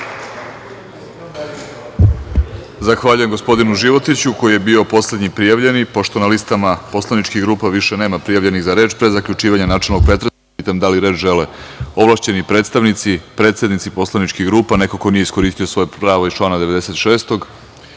Zahvaljujem, gospodinu Životiću koji je bio poslednji prijavljeni. Pošto na listama poslaničkih grupa više nema prijavljenih za reč, pre zaključivanja načelnog pretresa, pitam da li reč žele ovlašćeni predstavnici, predsednici poslaničkih grupa, neko ko nije iskoristio svoje pravo iz člana 96?